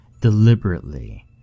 deliberately